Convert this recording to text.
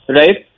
right